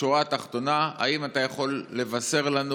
בשורה התחתונה, האם אתה יכול לבשר לנו